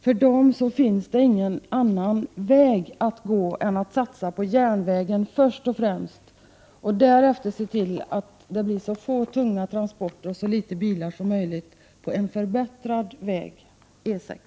För dem som fått detta klart för sig finns ingen annan väg att gå än att först och främst satsa på järnvägen och därefter se till att det blir så få tunga transporter och så litet bilar som möjligt på en förbättrad väg, E 6.